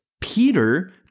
Peter